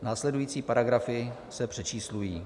Následující paragrafy se přečíslují.